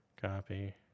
copy